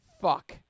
Fuck